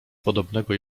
podobnego